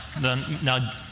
now